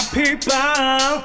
people